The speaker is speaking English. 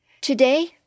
Today